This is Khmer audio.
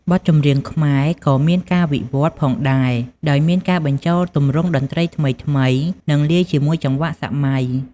បទចម្រៀងខ្មែរក៏មានការវិវត្តន៍ផងដែរ ដោយមានការបញ្ចូលទម្រង់តន្ត្រីថ្មីៗ និងលាយជាមួយចង្វាក់សម័យ។